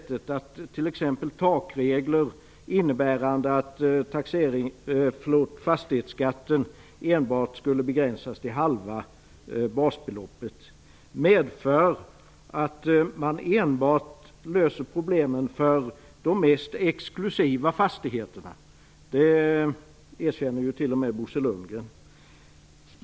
Takregler som innebär att fastighetsskatten enbart skulle begränsas till halva basbeloppet medför att man enbart löser problemen för de mest exklusiva fastigheterna. Det erkänner ju t.o.m. Bo Lundgren.